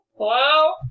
Hello